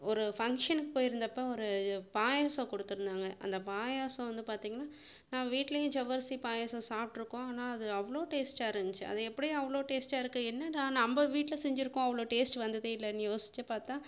ஒரு ஃபங்க்ஷனுக்கு போயிருந்தப்ப ஒரு பாயாசம் கொடுத்துருந்தாங்க அந்த பாயாசம் வந்து பார்த்தீங்கன்னா நான் வீட்லேயும் ஜவ்வரிசி பாயாசம் சாப்பிட்ருக்கோம் ஆனால் அது அவ்வளோ டேஸ்ட்டாக இருந்துச்சி அது எப்படி அவ்வளோ டேஸ்ட்டாக இருக்குது என்னடா நம்ம வீட்டில் செஞ்சுருக்கோம் அவ்வளோ டேஸ்ட் வந்ததே இல்லைன்னு யோசித்து பார்த்தா